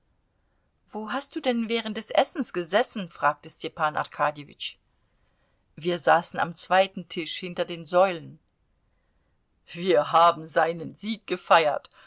wo hast du denn während des essens gesessen fragte stepan arkadjewitsch wir saßen am zweiten tisch hinter den säulen wir haben seinen sieg gefeiert